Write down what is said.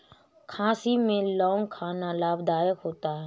खांसी में लौंग खाना लाभदायक होता है